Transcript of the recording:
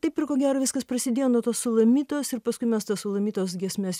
taip ir ko gero viskas prasidėjo nuo tos sulamitos ir paskui mes tas sulamitos giesmes